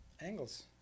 angles